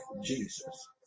Jesus